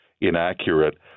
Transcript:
inaccurate